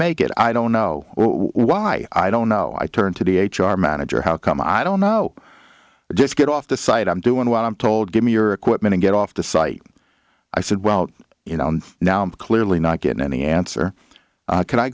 make it i don't know why i don't know i turned to the h r manager how come i don't know just get off the site i'm doing what i'm told give me your equipment to get off the site i said well you know now i'm clearly not getting any answer can i